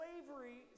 Slavery